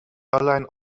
airline